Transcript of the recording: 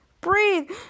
Breathe